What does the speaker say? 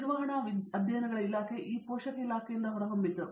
ನಿರ್ವಹಣಾ ಅಧ್ಯಯನಗಳ ಇಲಾಖೆ ಈ ಪೋಷಕ ಇಲಾಖೆಯಿಂದ ಹೊರಹೊಮ್ಮಿತು